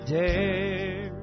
dare